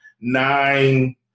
nine